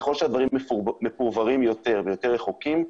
ככל שהדברים מפורברים יותר ויותר רחוקים,